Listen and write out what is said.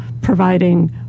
providing